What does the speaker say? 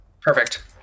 Perfect